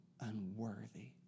unworthy